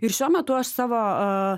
ir šiuo metu aš savo